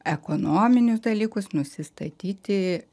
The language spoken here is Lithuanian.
ekonominius dalykus nusistatyti